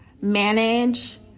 manage